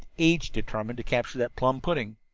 each determined to capture that plum pudding.